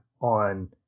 on